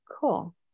Cool